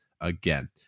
again